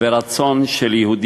סליחה, טעות שלי.